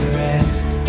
rest